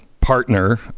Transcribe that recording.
partner